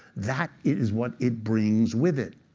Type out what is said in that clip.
that is what it brings with it.